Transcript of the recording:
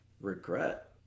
regret